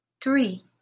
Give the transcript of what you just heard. three